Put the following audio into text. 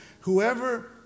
whoever